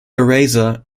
eraser